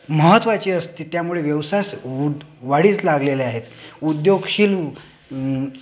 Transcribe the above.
महत्वाची असती त्यामुळे व्यवसाय स् उद वाढीस लागलेले आहेत उद्योगशील